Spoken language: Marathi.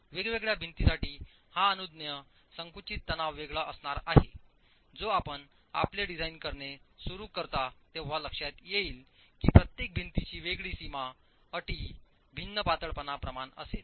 वेगवेगळ्या भिंतींसाठी हा अनुज्ञेय संकुचित तणाव वेगळा असणार आहेजो आपण आपले डिझाइन करणे सुरू करता तेव्हा लक्षात येईल की प्रत्येक भिंतीची वेगळी सीमा अटी भिन्न पातळपणा प्रमाण असेल